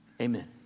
Amen